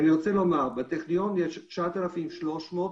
בטכניון יש 9,300,